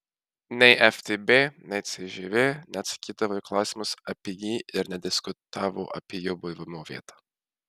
nei ftb nei cžv neatsakydavo į klausimus apie jį ir nediskutavo apie jo buvimo vietą